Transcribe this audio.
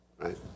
right